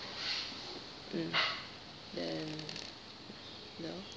mm then no